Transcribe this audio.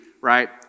right